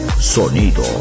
sonido